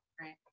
Right